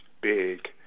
big